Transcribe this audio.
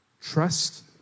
trust